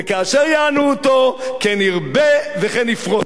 "וכאשר יענו אותו כן ירבה וכן יפרץ".